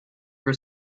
for